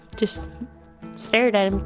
just stared at and